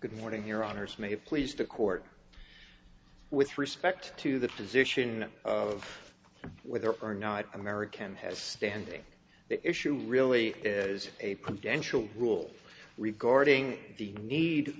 good morning here on ars may please the court with respect to the position of whether or not american has standing that issue really is a potential rule regarding the need